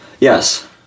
Yes